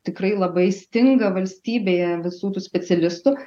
tikrai labai stinga valstybėje visų tų specialistų